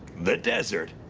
the desert,